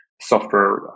software